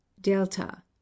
DELTA